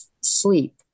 sleep